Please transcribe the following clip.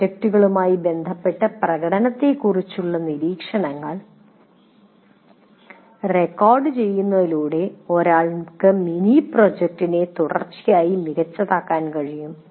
mini പ്രോജക്റ്റുകളുമായി ബന്ധപ്പെട്ട് പ്രകടനത്തെക്കുറിച്ചുള്ള നിരീക്ഷണങ്ങൾ റെക്കോർഡുചെയ്യുന്നതിലൂടെ ഒരാൾക്ക് മിനി പ്രോജക്റ്റിനെ തുടർച്ചയായി മികച്ചതാക്കാൻ കഴിയും